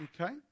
Okay